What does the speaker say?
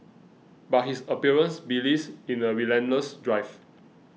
but his appearance belies in a relentless drive